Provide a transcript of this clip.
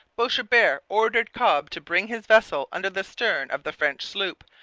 boishebert ordered cobb to bring his vessel under the stern of the french sloop,